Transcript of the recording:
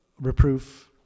reproof